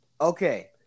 Okay